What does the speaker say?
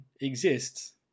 exists